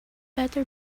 better